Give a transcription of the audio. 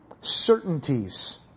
certainties